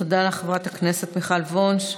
תודה לחברת הכנסת מיכל וונש.